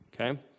okay